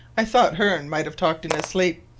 i thought hearne might have talked in his sleep,